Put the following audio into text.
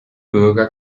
bürger